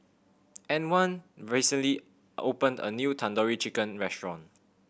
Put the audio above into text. Antwan recently opened a new Tandoori Chicken Restaurant